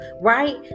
right